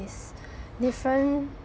is different